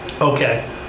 okay